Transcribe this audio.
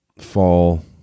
fall